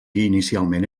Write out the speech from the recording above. inicialment